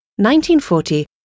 1940